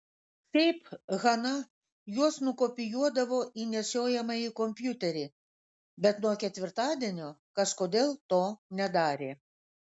šiaip hana juos nukopijuodavo į nešiojamąjį kompiuterį bet nuo ketvirtadienio kažkodėl to nedarė